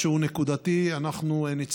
שהוא נקודתי,